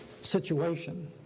situation